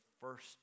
first